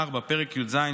פרק י"ז,